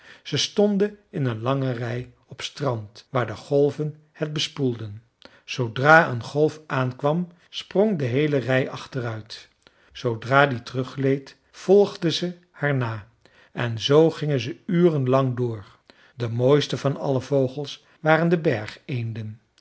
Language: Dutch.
ze stonden in een lange rij op strand waar de golven het bespoelden zoodra een golf aankwam sprong de heele rij achteruit zoodra die teruggleed volgden ze haar na en zoo gingen ze uren lang door de mooiste van alle vogels waren de